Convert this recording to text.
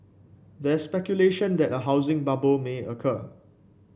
there speculation that a housing bubble may occur